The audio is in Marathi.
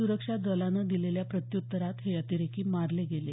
सुरक्षा दलानं दिलेल्या प्रत्युत्तरात हे अतिरेकी मारले गेले